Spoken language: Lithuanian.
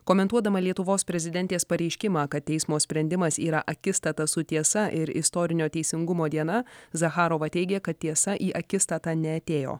komentuodama lietuvos prezidentės pareiškimą kad teismo sprendimas yra akistata su tiesa ir istorinio teisingumo diena zacharova teigė kad tiesa į akistatą neatėjo